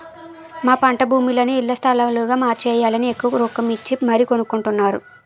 మా పంటభూములని ఇళ్ల స్థలాలుగా మార్చేయాలని ఎక్కువ రొక్కమిచ్చి మరీ కొనుక్కొంటున్నారు